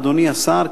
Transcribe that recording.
אדוני השר,